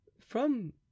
From